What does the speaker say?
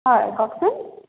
হয় কওকচোন